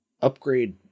upgrade